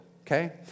Okay